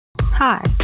Hi